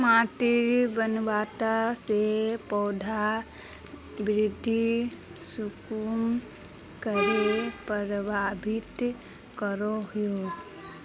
माटिर बनावट से पौधा वृद्धि कुसम करे प्रभावित करो हो?